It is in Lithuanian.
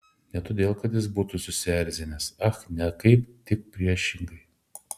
ne todėl kad jis būtų susierzinęs ach ne kaip tik priešingai